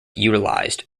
utilized